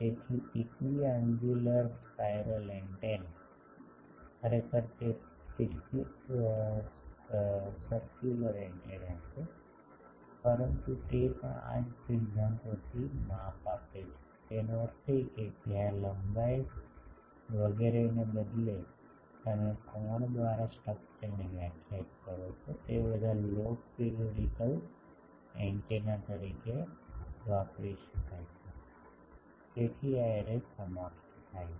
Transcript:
તેથી equiangular spiral antenna ખરેખર તે સિરકયુલર એન્ટેના છે પરંતુ તે પણ આ જ સિદ્ધાંતથી માપ આપે છે તેનો અર્થ એ કે જ્યાં લંબાઈ વગેરેને બદલે તમે કોણ દ્વારા સ્ટ્રક્ચરને વ્યાખ્યાયિત કરો છો તે બધા લોગ પીરિયડિકલ એન્ટેના તરીકે વાપરી શકાય છે તેથી આ એરે સમાપ્ત થાય છે